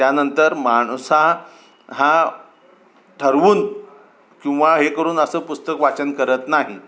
त्यानंतर माणूस हा हा ठरवून किंवा हे करून असं पुस्तक वाचन करत नाही